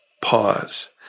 Pause